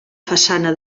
façana